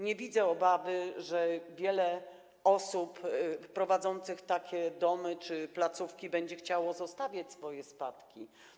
Nie widzę obawy, że wiele osób prowadzących takie domy czy placówki będzie chciało zostawiać swoje spadki.